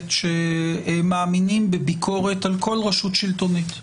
שמאמינים בביקורת על כול רשות שלטונית.